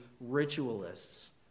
ritualists